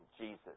Jesus